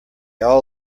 all